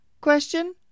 question